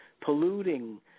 polluting